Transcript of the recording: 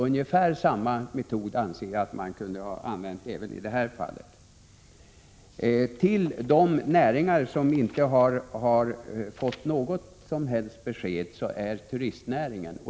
Jag anser att ungefär samma metod kunde ha använts även i detta fall. Till de näringar som inte fått något som helst besked tillhör turistnäringen.